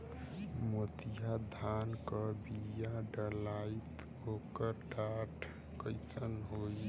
मोतिया धान क बिया डलाईत ओकर डाठ कइसन होइ?